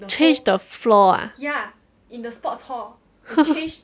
change the floor ah